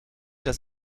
das